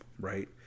right